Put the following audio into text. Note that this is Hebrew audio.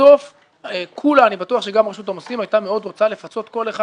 בסוף אני בטוח שגם רשות המסים הייתה מאוד רוצה לפצות כל אחד